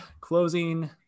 closing